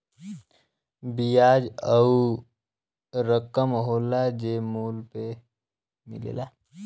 बियाज ऊ रकम होला जे मूल पे मिलेला